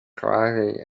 quietly